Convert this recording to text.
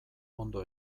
ondo